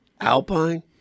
Alpine